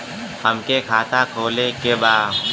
हमके खाता खोले के बा?